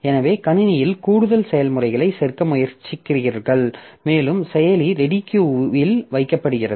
எனவே கணினியில் கூடுதல் செயல்முறைகளைச் சேர்க்க முயற்சிக்கிறீர்கள் மேலும் செயலி ரெடி கியூ இல் வைக்கப்படுகிறது